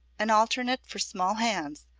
an alternate for small hands,